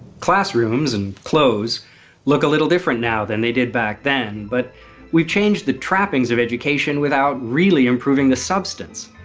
classrooms and clothes look a little different now than they did back then. but we've changed the trappings of education without really improving the substance.